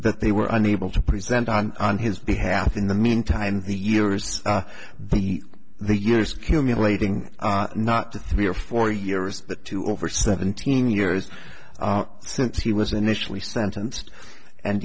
that they were unable to present on on his behalf in the mean time the years the the years cumulating not the three or four years the two over seventeen years since he was initially sentenced and